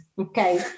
okay